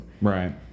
Right